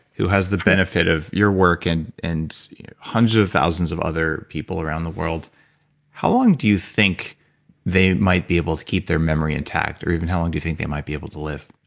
who has the benefit of your work, and and hundreds of thousands of other people around the world how long do you think they might be able to keep their memory intact or even how long do you think they might be able to live?